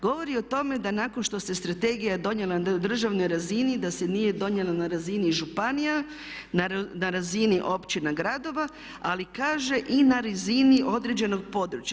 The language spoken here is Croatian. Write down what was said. Govori o tome da nakon što se strategija donijela na državnoj razini da se nije donijela na razini županija, na razini općina gradova ali kaže i na razini određenog područja.